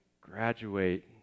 graduate